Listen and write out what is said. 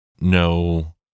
no